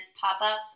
pop-ups